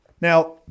Now